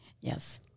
Yes